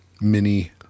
mini